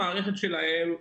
המערכת שלהם,